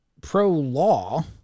pro-law